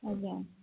ଆଜ୍ଞା